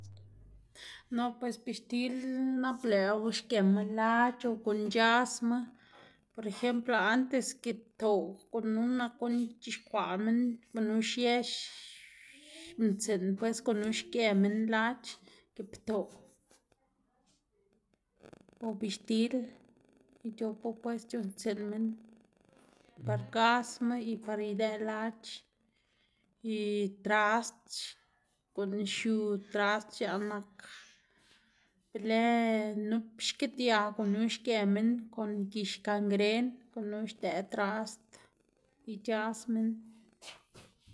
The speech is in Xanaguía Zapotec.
No pues bixtil nap lëꞌwu xgëma lach o guꞌn c̲h̲asma por ejemplo antes giꞌbtoꞌ gunu nak guꞌn c̲h̲ixkwaꞌ minn, gunu xiëx mtsiꞌn pues gunu xgië minn lac̲h̲ giꞌbtoꞌ o bixtil ic̲h̲opu pues c̲h̲uꞌnnstsiꞌn minn par gasma y par idëꞌ lac̲h̲ y trasd guꞌn xiu trasd x̱aꞌ nak be lë nup xkidia gunu xgë minn kon gix kangren gunu xdëꞌ trasd y c̲h̲as minn.